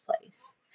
place